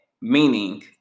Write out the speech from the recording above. meaning